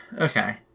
Okay